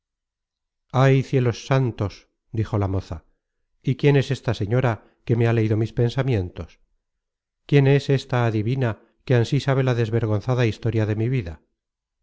ay cielos santos dijo la moza y quién es esta señora que me ha leido mis pensamientos quién es esta adivina que ansí sabe la desvergonzada historia de mi vida